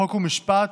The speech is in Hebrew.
חוק ומשפט